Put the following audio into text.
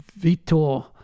Vitor